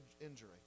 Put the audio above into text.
injury